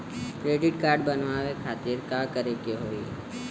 Credit card बनवावे खातिर का करे के होई?